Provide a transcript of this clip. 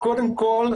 קודם כל,